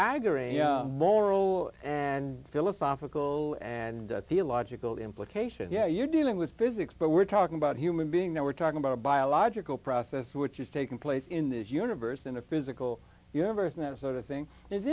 staggering moral and philosophical and theological implications yeah you're dealing with physics but we're talking about human being then we're talking about a biological process which is taking place in this universe in a physical universe and that sort of thing